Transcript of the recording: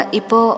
ipo